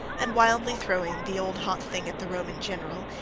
and wildly throwing the old hot thing at the roman general,